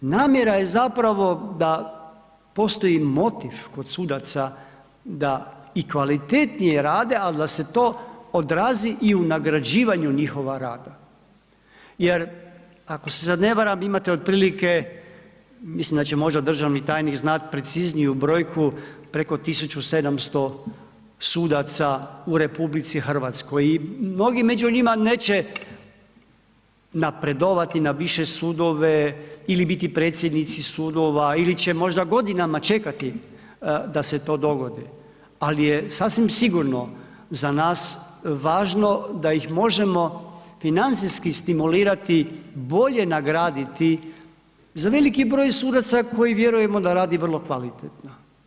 Namjera je zapravo da postoji motiv kod sudaca da i kvalitetnije rade ali da se to odrazi i u nagrađivanju njihova rada jer ako se sad ne varam, imate otprilike, mislim da će možda državni tajnik znat precizniju brojku, preko 1700 sudaca u RH i mnogi među njima neće napredovati na više sudove ili biti predsjednici sudova ili će možda godinama čekati da se to dogodi ali je sasvim sigurno za nas važno da ih možemo financijski stimulirati, bolje nagraditi za veliki broj sudaca za koji vjerujemo da radi vrlo kvalitetno.